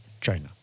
China